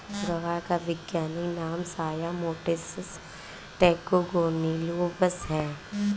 ग्वार का वैज्ञानिक नाम साया मोटिसस टेट्रागोनोलोबस है